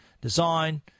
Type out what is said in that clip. design